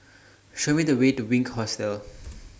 Show Me The Way to Wink Hostel